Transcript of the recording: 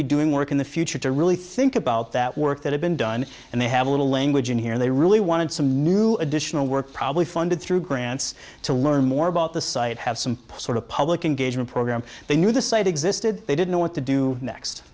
be doing work in the future to really think about that work that had been done and they have a little language and here they really wanted some new additional work probably funded through grants to learn more about the site have some sort of public engagement program they knew the site existed they didn't know what to do next